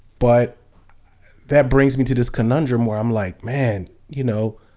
but that brings me to this conundrum where i'm like, man, you know,